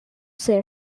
san